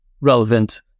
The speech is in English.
relevant